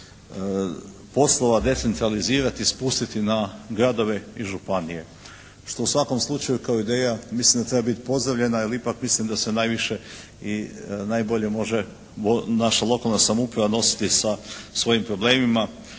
poslova decentralizirati, spustiti na gradove i županije što u svakom slučaju kao ideja mislim da treba biti pozdravljena jer ipak mislim da se najviše i najbolje može naša lokalna samouprava nositi sa svojim problemima